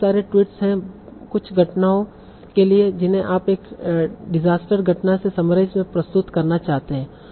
तो बहुत सारे ट्वीट्स हैं कुछ घटनाओं के लिए जिन्हें आप एक डिजास्टर घटना से समराईज में प्रस्तुत करना चाहते हैं